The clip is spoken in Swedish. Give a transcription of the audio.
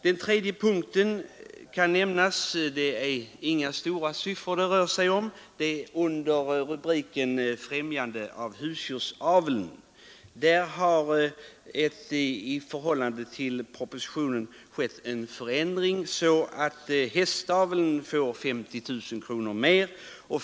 Den tredje punkten, som inte gäller några stora summor, är rubricerad Befrämjande av husdjursaveln m.m. I förhållande till propositionen har den förändringen skett att hästaveln får 50 000 kronor mer i anslag.